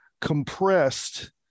compressed